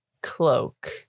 cloak